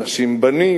אנשים באים,